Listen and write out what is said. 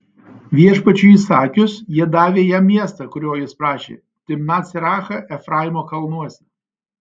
viešpačiui įsakius jie davė jam miestą kurio jis prašė timnat serachą efraimo kalnuose